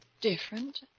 Different